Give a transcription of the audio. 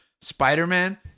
Spider-Man